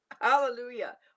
hallelujah